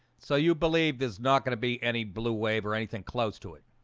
so you believe there's not gonna be any blue wave or anything close to it